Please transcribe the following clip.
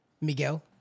Miguel